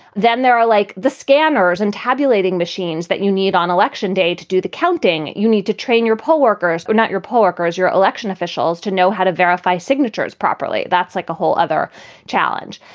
then there are like the scanners and tabulating machines that you need on election day to do the counting. you need to train your poll workers or not, your poll workers, your election officials to know how to verify signatures properly. that's like a whole other challenge.